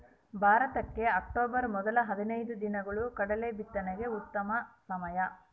ಭಾರತಕ್ಕೆ ಅಕ್ಟೋಬರ್ ಮೊದಲ ಹದಿನೈದು ದಿನಗಳು ಕಡಲೆ ಬಿತ್ತನೆಗೆ ಉತ್ತಮ ಸಮಯ